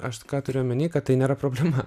aš ką turiu omeny kad tai nėra problema